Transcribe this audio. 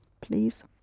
please